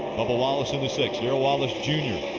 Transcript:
bubba wallace in the six. darrell wallace jr.